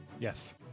Yes